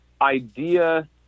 idea